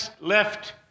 left